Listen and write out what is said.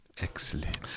Excellent